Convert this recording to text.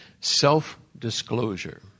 self-disclosure